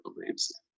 believes